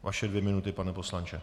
Vaše dvě minuty, pane poslanče.